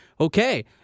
okay